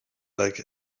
like